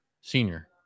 senior